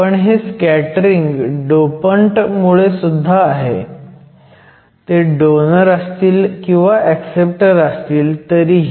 पण हे scattering dopant मुळे सुद्धा आहे ते डोनर असतील किंवा ऍक्सेप्टर असतील तरीही